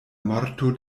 morto